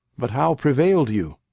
but how prevail'd you?